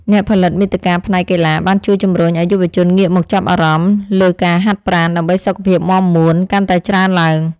អ្នកផលិតមាតិកាផ្នែកកីឡាបានជួយជំរុញឱ្យយុវជនងាកមកចាប់អារម្មណ៍លើការហាត់ប្រាណ ដើម្បីសុខភាពមាំមួនកាន់តែច្រើនឡើង។